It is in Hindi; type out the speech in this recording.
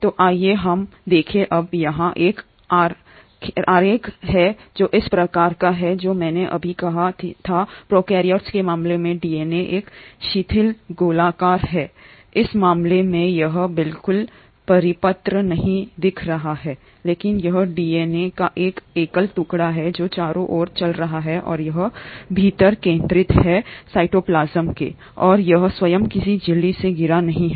तो आइए हम देखें अब यहाँ एक आरेख है जो इस प्रकार का है जो मैंने अभी कहा था प्रोकैरियोट्स के मामले में डीएनए एक शिथिल गोलाकार है इस मामले में यह बिल्कुल परिपत्र नहीं दिख रहा है लेकिन यह डीएनए का एक एकल टुकड़ा है जो चारों ओर चल रहा है और यह भीतर केंद्रित है साइटोप्लाज्म और यह स्वयं किसी झिल्ली से घिरा नहीं है